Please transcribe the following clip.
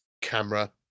camera